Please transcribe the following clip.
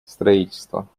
строительства